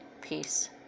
peace